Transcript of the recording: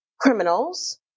criminals